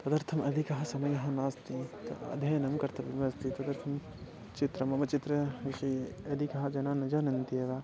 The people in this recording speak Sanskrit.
तदर्थम् अधिकः समयः नास्ति अध्ययनं कर्तव्यम् अस्ति तदर्थं चित्रं मम चित्रविषये अधिकः जनः न जानत्येव